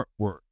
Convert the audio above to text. artwork